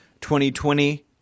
2020